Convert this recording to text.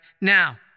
Now